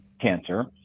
cancer